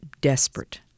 desperate